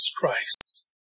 Christ